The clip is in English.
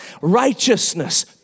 righteousness